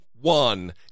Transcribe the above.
one